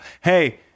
hey